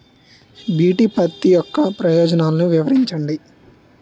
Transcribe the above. BT పత్తి యొక్క ప్రయోజనాలను వివరించండి?